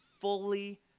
fully